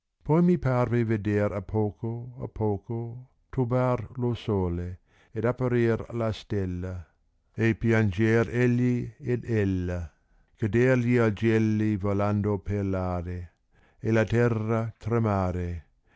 poi mi parve veder appoco appoco turbar lo sole ed apparir la stella e pianger egli ed ella cader gli augelli volando per v ave e la terra tremare